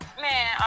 Man